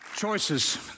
choices